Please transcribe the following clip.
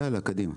יאללה, קדימה.